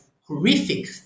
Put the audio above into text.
horrific